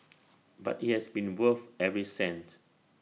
but IT has been worth every cent